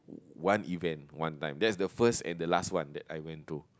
one event one time that's the first and the last one that I went to